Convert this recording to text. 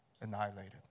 annihilated